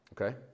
okay